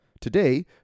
Today